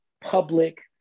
public